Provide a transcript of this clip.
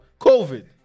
COVID